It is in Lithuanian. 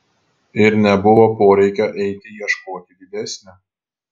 ir nebuvo poreikio eiti ieškoti didesnio